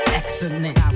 excellent